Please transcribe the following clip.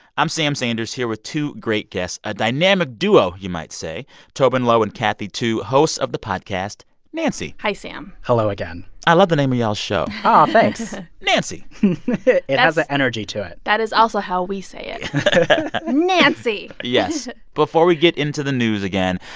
i'm sam sanders here with two great guests, a dynamic duo, you might say tobin low and kathy tu, hosts of the podcast nancy hi, sam hello again i love the name of y'all's show aw, thanks nancy it. that's. has an energy to it. that is also how we say it nancy yes. before we get into the news again,